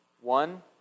one